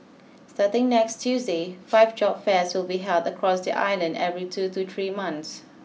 starting next Tuesday five job fairs will be held across the island every two to three months